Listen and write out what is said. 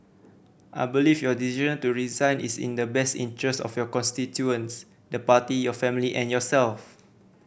I believe your decision to resign is in the best interest of your constituents the party your family and yourself